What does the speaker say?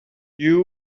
you